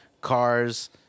cars